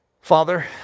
Father